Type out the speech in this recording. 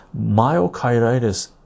myocarditis